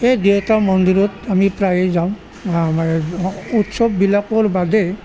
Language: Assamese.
এই দুয়োটা মন্দিৰত আমি প্ৰায়ে যাওঁ আমাৰ উৎসৱবিলাকৰ বাদে